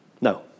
No